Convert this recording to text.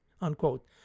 unquote